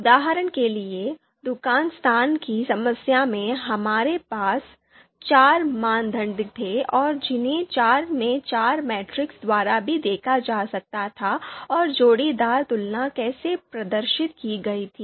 उदाहरण के लिए दुकान स्थान की समस्या में हमारे पास चार मानदंड थे और जिन्हें चार में चार मैट्रिक्स द्वारा भी देखा जा सकता था और जोड़ीदार तुलना कैसे प्रदर्शित की गई थी